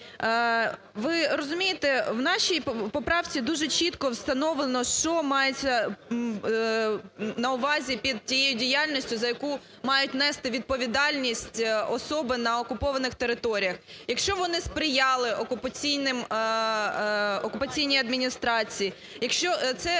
Ви розумієте, в нашій поправці дуже чітко встановлено, що мається на увазі під тією діяльністю, за яку мають нести відповідальність особи на окупованих територіях? Якщо вони сприяли окупаційній адміністрації, якщо це,